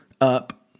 up